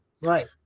Right